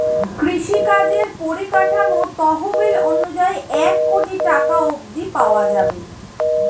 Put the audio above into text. কৃষিকাজের পরিকাঠামো তহবিল অনুযায়ী এক কোটি টাকা অব্ধি পাওয়া যাবে